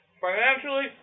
Financially